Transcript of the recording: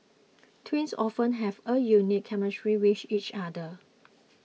twins often have a unique chemistry with each other